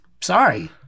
Sorry